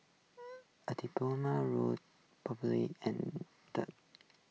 A diploma row probably and